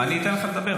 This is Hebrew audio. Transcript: אני אתן לך לדבר.